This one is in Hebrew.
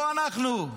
לא אנחנו.